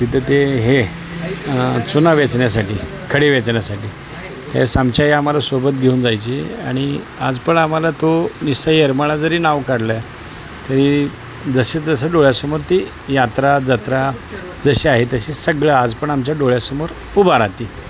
तिथं ते हे चुना वेचण्यासाठी खडे वेचण्यासाठी त्यावेळेस आमची आई आम्हाला सोबत घेऊन जायची आणि आज पण आम्हाला तो निस्सं येरमाळा जरी नाव काढला तरी जसे तसं डोळ्यासमोर ते यात्रा जत्रा जशी आहे तशी सगळं आज पण आमच्या डोळ्यासमोर उभा राहते